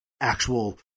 actual